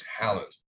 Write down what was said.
talent